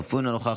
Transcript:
אף הוא אינו נוכח.